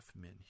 men